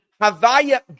Havaya